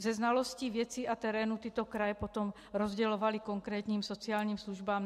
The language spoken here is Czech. Se znalostí věcí a terénů tyto kraje potom rozdělovaly konkrétním sociálním službám.